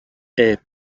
est